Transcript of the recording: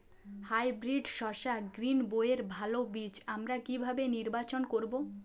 Hybrid শসা গ্রীনবইয়ের ভালো বীজ আমরা কিভাবে নির্বাচন করব?